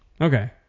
Okay